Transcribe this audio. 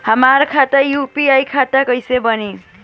हमार खाता यू.पी.आई खाता कइसे बनी?